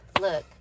look